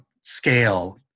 scale